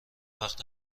وقت